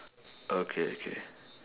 okay okay